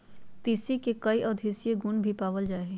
तीसी में कई औषधीय गुण भी पाल जाय हइ